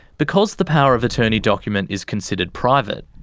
because the power of attorney document is considered private,